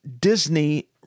Disney